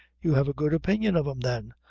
you have a good opinion of him, then?